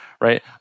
right